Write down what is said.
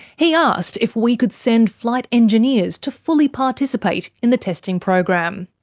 he asked if we could send flight engineers to fully participate in the testing program.